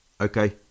Okay